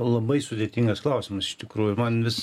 labai sudėtingas klausimas iš tikrųjų man vis